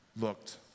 looked